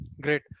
Great